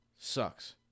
Sucks